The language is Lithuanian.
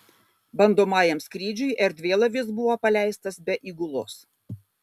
bandomajam skrydžiui erdvėlaivis buvo paleistas be įgulos